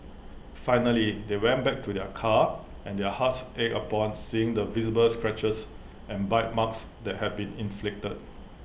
finally they went back to their car and their hearts ached upon seeing the visible scratches and bite marks that had been inflicted